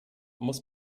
muss